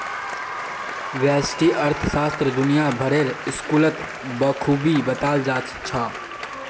व्यष्टि अर्थशास्त्र दुनिया भरेर स्कूलत बखूबी बताल जा छह